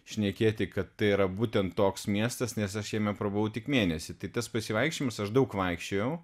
šnekėti kad tai yra būtent toks miestas nes aš jame prabuvau tik mėnesį tai tas pasivaikščiojimas aš daug vaikščiojau